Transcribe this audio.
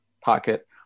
pocket